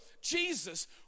Jesus